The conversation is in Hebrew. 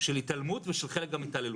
של התעלמות ושל חלק גם התעללות.